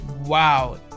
Wow